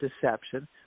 deception